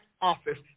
office